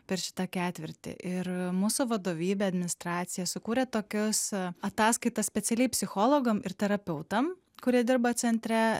per šitą ketvirtį ir mūsų vadovybė administracija sukūrė tokius ataskaitas specialiai psichologam ir terapeutam kurie dirba centre